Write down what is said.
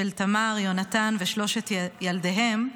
תמר, יונתן ושלושת ילדיהם ארבל,